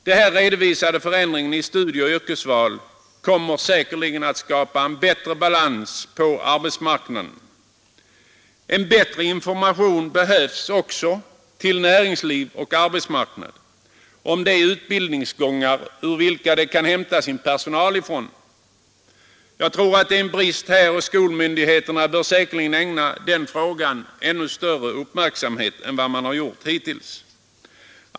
Denna förändring i studieoch yrkesval kommer säkerligen att skapa en bättre balans på arbetsmarknaden. Bättre information behövs till näringsliv och arbetsmarknad om vilka utbildningslinjer de kan hämta sin personal från. Skolmyndigheterna bör ägna den frågan större uppmärksamhet än de gjort hittills.